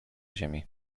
ziemi